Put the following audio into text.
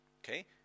Okay